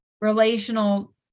relational